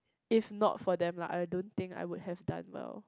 if not for them like I don't think I would have done well